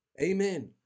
Amen